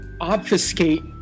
obfuscate